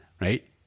Right